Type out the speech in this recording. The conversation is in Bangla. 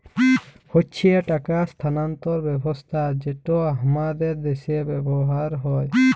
হচ্যে টাকা স্থানান্তর ব্যবস্থা যেটা হামাদের দ্যাশে ব্যবহার হ্যয়